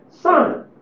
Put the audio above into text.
son